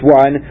one